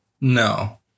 No